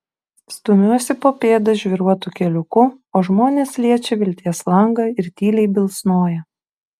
stumiuosi po pėdą žvyruotu keliuku o žmonės liečia vilties langą ir tyliai bilsnoja